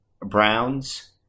Browns